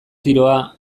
tiroa